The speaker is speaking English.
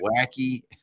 wacky